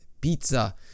pizza